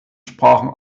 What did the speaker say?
sprachen